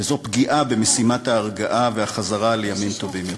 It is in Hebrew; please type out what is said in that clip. וזו פגיעה במשימת ההרגעה והחזרה לימים טובים יותר.